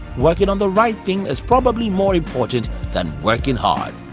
working on the right thing is probably more important than working hard.